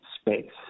space